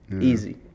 Easy